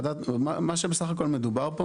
מה שבסך הכל מדובר פה,